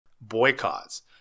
boycotts